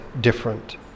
different